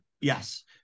Yes